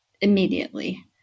immediately